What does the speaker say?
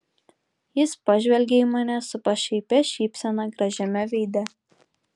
jis pažvelgė į mane su pašaipia šypsena gražiame veide